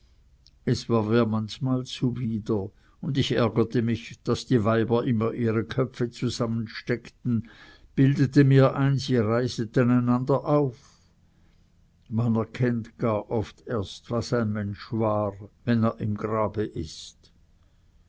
es war mir manchmal zuwider und ich ärgerte mich daß die weiber immer ihre köpfe zusammensteckten bildete mir ein sie reiseten einander auf man erkennt gar oft erst was ein mensch war wenn er im grabe ist